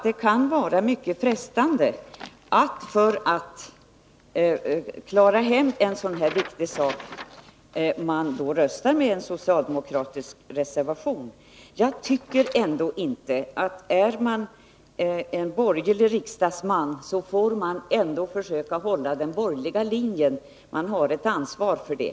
Det kan vara mycket frestande att rösta på en socialdemokratisk reservation för att klara hem en sådan här viktig sak. Men om man är borgerlig riksdagsman, får man ändå försöka hålla den borgerliga linjen. Man har ett ansvar för det.